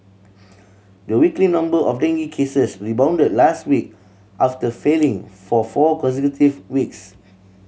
the weekly number of dengue cases rebounded last week after feeling for four consecutive weeks